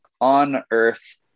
on-earth